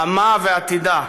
עמה ועתידה,